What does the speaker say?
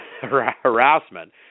harassment